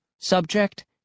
subject